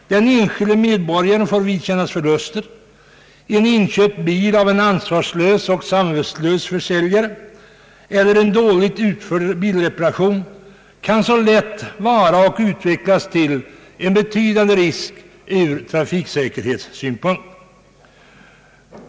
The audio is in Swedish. Den enskilde medborgaren får vidkännas förluster. En bil som sålts av en ansvarslös och samvetslös försäljare kan liksom en dåligt utförd bilreparation lätt vara eller utvecklas till en betydande risk ur trafiksäkerhetssynpunkt.